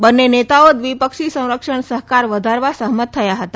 બંને નેતાઓ દ્વિપક્ષી સંરક્ષણ સહકાર વધારવા સહમત થયા હતા